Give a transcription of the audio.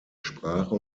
sprache